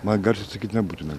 man garsiai sakyt nebūtina